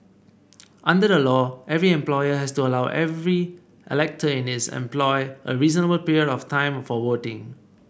under the law every employer has to allow every elector in his employ a reasonable period of time for voting